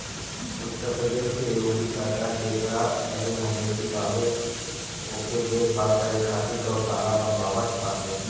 उत्तर प्रदेश के योगी सरकार जेकरा लगे मवेशी बावे ओके देख भाल करे खातिर गौशाला बनवावत बाटे